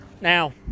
Now